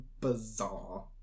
bizarre